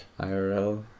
IRL